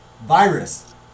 virus